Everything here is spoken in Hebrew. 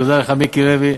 תודה לך, מיקי לוי.